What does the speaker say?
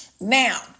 Now